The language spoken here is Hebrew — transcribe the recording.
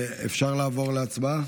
אפשר לעבור להצבעה?